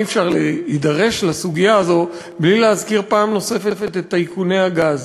אי-אפשר להידרש לסוגיה הזו בלי להזכיר פעם נוספת את טייקוני הגז.